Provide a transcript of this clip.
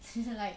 like